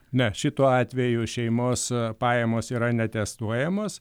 ne šituo atveju šeimos pajamos yra neatestuojamos